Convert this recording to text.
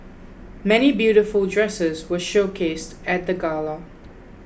many beautiful dresses were showcased at the gala